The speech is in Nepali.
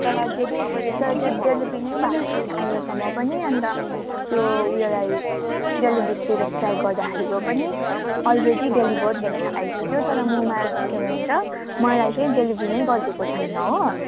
तर त्यो तर त्यो डेलिभरी नै भएको छैन अहिलेसम्म पनि अन्त त्यो ऊ योलाई डेलिभरी स्टेटस ट्रयाक गर्दाखेरिको पनि अलरेडी डेलिभर्ड भनेर आइसक्यो तर मुमा के भन्छ मलाई चाहिँ डेलिभरी नै गरिदिएको छैन हो